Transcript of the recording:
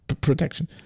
protection